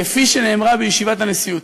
כפי שנאמרה בישיבת הנשיאות.